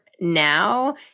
now